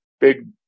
big